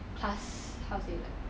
class how to say like